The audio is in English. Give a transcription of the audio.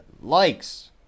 likes